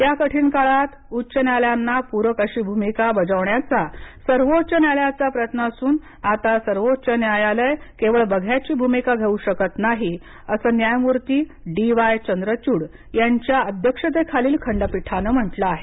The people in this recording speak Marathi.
या कठीण काळात उच्च न्यायालयांना पूरक अशी भूमिका बजावण्याचा सर्वोच्च न्यायालयाचा प्रयत्न असून आता सर्वोच्च न्यायालय केवळ बघ्याची भूमिका घेऊ शकत नाही असं न्यायमूर्ती डी वाय चंद्रचूड यांच्या अध्यक्षतेखालील खंडपीठानं म्हटलं आहे